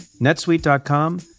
netsuite.com